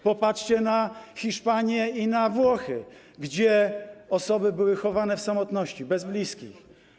Popatrzcie na Hiszpanię i na Włochy, gdzie osoby były chowane w samotności, bez bliskich.